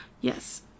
Yes